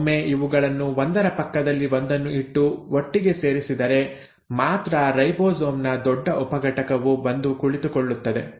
ಒಮ್ಮೆ ಇವುಗಳನ್ನು ಒಂದರ ಪಕ್ಕದಲ್ಲಿ ಒಂದನ್ನು ಇಟ್ಟು ಒಟ್ಟಿಗೆ ಸೇರಿಸಿದರೆ ಮಾತ್ರ ರೈಬೋಸೋಮ್ ನ ದೊಡ್ಡ ಉಪಘಟಕವು ಬಂದು ಕುಳಿತುಕೊಳ್ಳುತ್ತದೆ